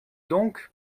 donc